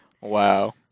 Wow